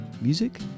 music